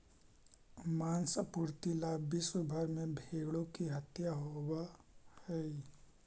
माँस आपूर्ति ला विश्व भर में भेंड़ों की हत्या होवअ हई